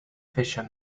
fisher